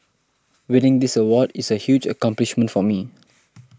winning this award is a huge accomplishment for me